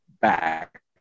back